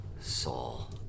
Saul